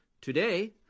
Today